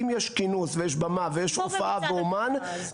אם יש כינוס ויש במה ויש הופעה ואומן,